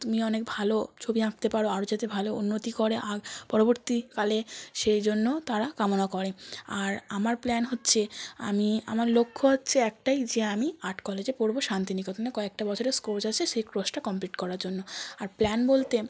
তুমি অনেক ভালো ছবি আঁকতে পারো আরো যাতে ভালো উন্নতি করে আও পরবর্তীকালে সেই জন্য তারা কামনা করে আর আমার প্ল্যান হচ্ছে আমি আমার লক্ষ্য হচ্ছে একটাই যে আমি আট কলেজে পড়ব শান্তিনিকেতনে কয়েকটা বছরের কোর্স আছে সেই কোর্সটা কমপ্লিট করার জন্য আর প্ল্যান বলতে